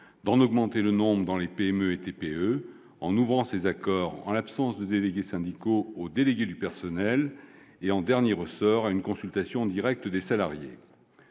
d'en augmenter le nombre dans les PME et TPE en ouvrant ces accords, en l'absence de délégués syndicaux, aux délégués du personnel et, en dernier ressort, à une consultation directe des salariés,